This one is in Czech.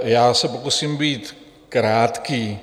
Já se pokusím být krátký.